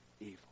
evil